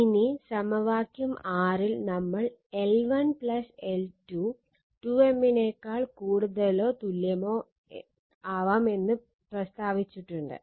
ഇനി സമവാക്യം 6 ൽ നമ്മൾ L1 L2 ≥ 2 M എന്നത് പ്രസ്താവിച്ചിട്ടുണ്ട്